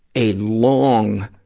a long,